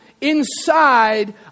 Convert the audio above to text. inside